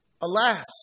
Alas